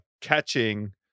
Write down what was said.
catching